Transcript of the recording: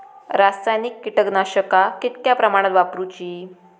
रासायनिक कीटकनाशका कितक्या प्रमाणात वापरूची?